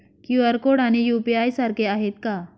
QR code आणि UPI सारखे आहेत का?